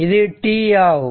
இது t ஆகும்